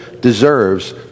deserves